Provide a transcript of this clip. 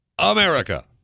America